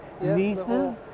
Nieces